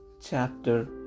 chapter